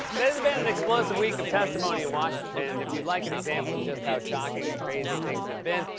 been been an explosive week of testimony in washington, and if you'd like an example of just how shocking and crazy things have been,